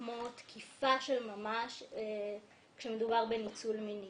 כמו תקיפה של ממש כשמדובר בניצול מיני.